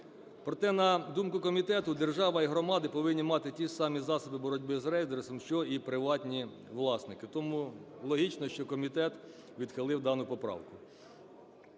Проте, на думку комітету, держава й громади повинні мати ті самі засоби боротьби з рейдерством, що і приватні власники. Тому логічно, що комітет відхилив дану поправку.